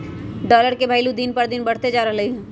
dollar के भइलु दिन पर दिन बढ़इते जा रहलई ह